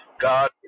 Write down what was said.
God